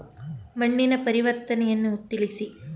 ಮಣ್ಣಿನ ಪರಿವರ್ತನೆಯನ್ನು ತಿಳಿಸಿ?